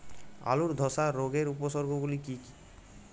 আলুর ধসা রোগের উপসর্গগুলি কি কি?